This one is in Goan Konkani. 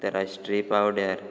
अंतरराष्ट्रीय पावड्यार